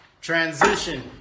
transition